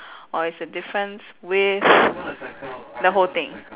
or is the difference with the whole thing